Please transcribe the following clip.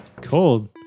Cold